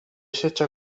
esserci